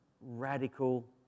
radical